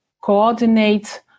coordinate